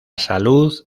salud